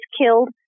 killed